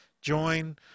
Join